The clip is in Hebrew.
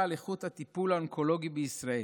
על איכות הטיפול האונקולוגי בישראל.